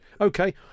Okay